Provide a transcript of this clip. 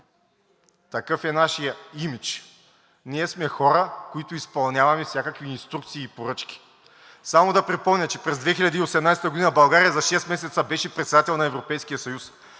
Такъв е нашият имидж. Ние сме хора, които изпълняваме всякакви инструкции и поръчки. Само да припомня, че през 2018 г. България за шест месеца беше председател на Европейския съюз.